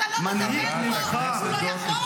אתה לא תדבר פה, הוא לא יכול,